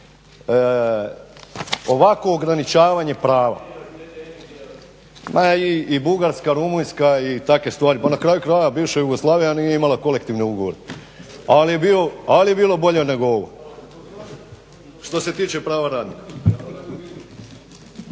ovako ograničavanje prava. Ma i Bugarska, Rumunjska i takve stvari. Pa na kraju krajeva bivša Jugoslavija nije imala kolektivne ugovore, ali je bilo bolje nego ovo što se tiče prava radnika.